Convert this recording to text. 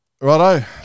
Righto